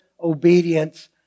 obedience